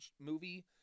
movie